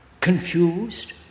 confused